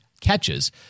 catches